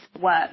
work